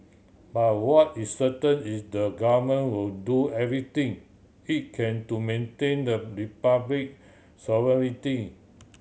but what is certain is the government will do everything it can to maintain the Republic sovereignty